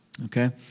Okay